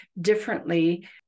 differently